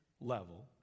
level